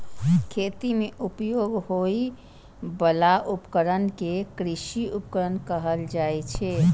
खेती मे उपयोग होइ बला उपकरण कें कृषि उपकरण कहल जाइ छै